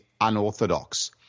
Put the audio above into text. unorthodox